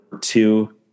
two